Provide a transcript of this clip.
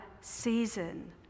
season